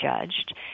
judged